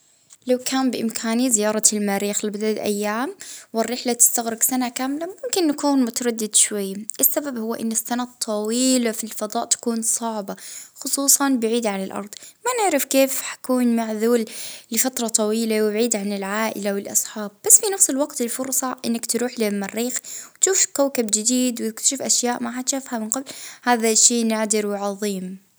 اه لا ما ظنيتش أن نمشي عام كامل على خاطر رحلة وزيادة خطر الفضاء كبير ما نضمنش حتى يعني نرجع تاني نحس أن الأرض فيها هلبا حاجات مازال نحب نعيشها.